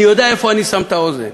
אני יודע איפה אני שם את האוזן.